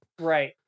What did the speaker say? right